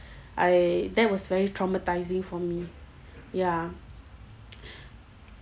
I that was very traumatising for me ya